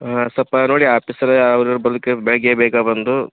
ಹಾಂ ಸೊಪ್ಪ ನೋಡಿ ಆಫೀಸಲ್ಲಿ ಅವರು ಬಂದು ಕೇಳಿ ಬೆಳಗ್ಗೆ ಬೇಗ ಬಂದು